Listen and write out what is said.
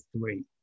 three